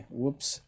whoops